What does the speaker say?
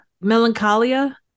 Melancholia